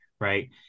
Right